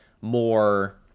more